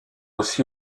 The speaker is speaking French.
aussi